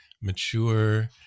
mature